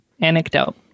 anecdote